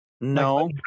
no